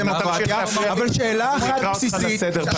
הדמוקרטיה -- אני אקרא אותך לסדר פעם ראשונה.